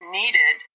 needed